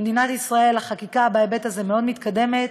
במדינת ישראל החקיקה בהיבט הזה מאוד מתקדמת.